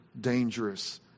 dangerous